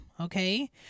okay